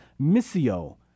missio